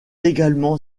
également